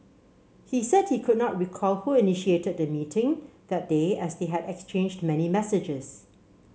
he said he could not recall who initiated the meeting that day as they had exchanged many messages